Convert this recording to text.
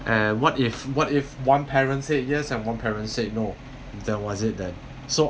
and what if what if one parent say yes and one parent say no that was it then so